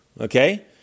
okay